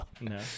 No